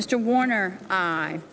mr warner i